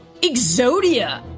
Exodia